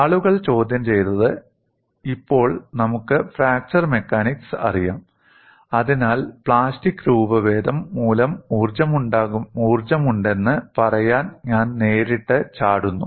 ആളുകൾ ചോദ്യം ചെയ്തത് ഇപ്പോൾ നമുക്ക് ഫ്രാക്ചർ മെക്കാനിക്സ് അറിയാം അതിനാൽ പ്ലാസ്റ്റിക് രൂപഭേദം മൂലം ഊർജ്ജമുണ്ടെന്ന് പറയാൻ ഞാൻ നേരിട്ട് ചാടുന്നു